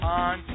on